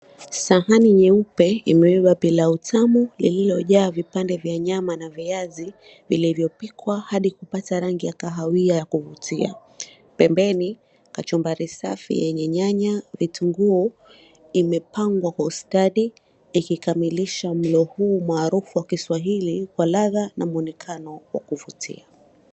sahani nyeupe imebeba pilau tamu lililojaa vipande vya nyama na viazi vilivyopikwa hadi kupata rangi ya kahawia ya kuvutia. Pembeni, kachumbari safi yenye nyanya, vitunguu imepangwa kwa ustadi ikikamilisha mlo huu maarufu wa kiswahili kwa ladha na mwonekano wa kuvutia.